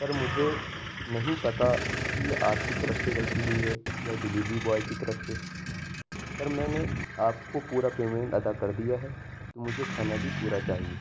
سر مجھے نہیں پتا کہ آپ کی طرف سے غلطی ہوئی ہے یا ڈلیوری بوائے کی طرف سے سر میں نے آپ کو پورا پیمنٹ ادا کر دیا ہے مجھے کھانا بھی پورا چاہیے